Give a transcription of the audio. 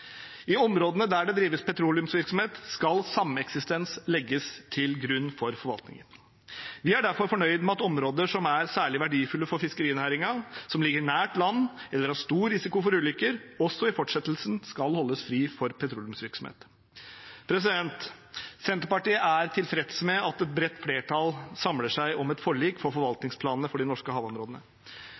I områdene hvor det drives petroleumsvirksomhet, skal sameksistens legges til grunn for forvaltningen. Vi er derfor fornøyd med at områder som er særlig verdifulle for fiskerinæringen, som ligger nært land eller har stor risiko for ulykker, også i fortsettelsen skal holdes fri for petroleumsvirksomhet. Senterpartiet er tilfreds med at et bredt flertall samler seg om et forlik om forvaltningsplanene for de norske havområdene.